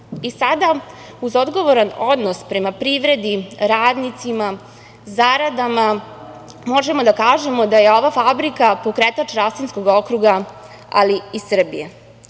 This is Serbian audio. Sada, uz odgovoran odnos prema privredi, radnicima, zaradama, možemo da kažemo da je ova fabrika pokretač Rasinskog okruga, ali i Srbije. Nije